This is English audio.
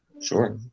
Sure